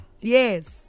yes